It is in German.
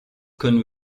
können